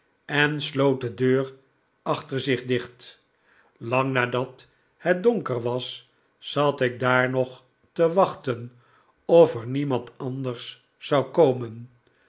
en sloot de deur achter zich dicht lang nadat het donker was zat ik daar nog te wachten of er niemand anders zou komen